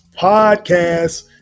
Podcast